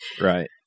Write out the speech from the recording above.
Right